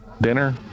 dinner